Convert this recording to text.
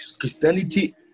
Christianity